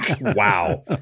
Wow